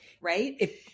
right